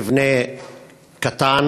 מבנה קטן